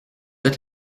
êtes